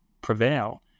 prevail